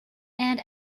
and